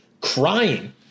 crying